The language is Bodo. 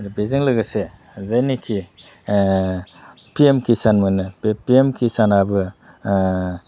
बेजों लोगोसे जेनिखि पिएम किसान मोनो बे पिएम किसानाबो